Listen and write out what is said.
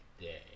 day